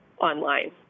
online